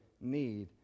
need